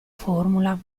formula